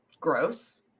gross